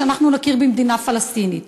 שאנחנו נכיר במדינה פלסטינית.